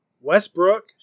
Westbrook